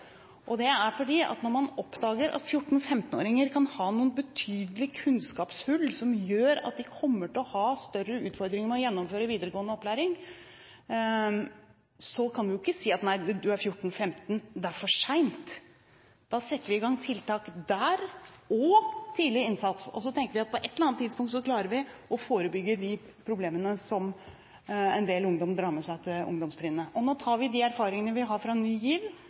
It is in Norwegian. Det skyldes at når man oppdager at 14–15-åringer kan ha noen betydelige kunnskapshull som gjør at de kommer til å ha større utfordringer med å gjennomføre videregående opplæring, kan vi ikke si: Du er 14–15 år, det er for sent. Da setter vi i gang tiltak der – og tidlig innsats – og tenker at på et eller annet tidspunkt klarer vi å forebygge de problemene som en del ungdom drar med seg til ungdomstrinnet. Nå tar vi de erfaringene vi har fra Ny GIV,